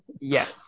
Yes